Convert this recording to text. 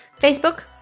Facebook